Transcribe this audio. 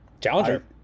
challenger